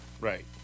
Right